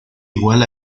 igual